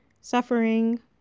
suffering